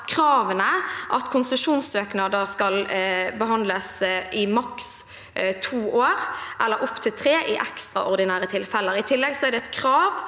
at konsesjonssøknader skal behandles i maks to år, eller opptil tre i ekstraordinære tilfeller. I tillegg er det et krav